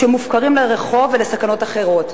שמופקרים לרחוב ולסכנות אחרות.